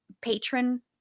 patron